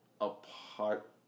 apart